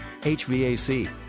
hvac